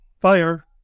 fire